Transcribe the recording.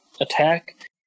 attack